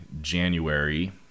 January